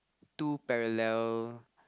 two parallel